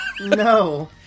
No